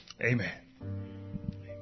amen